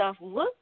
look